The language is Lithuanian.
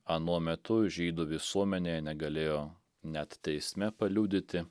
anuo metu žydų visuomenėje negalėjo net teisme paliudyti